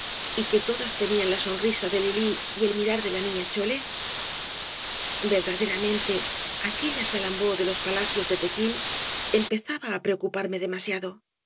y que todas tenían la sonrisa de lili y el mirar de la niña chole verdaderamente aquella salambó de los palacios de tequil empezaba á preocuparme demasiado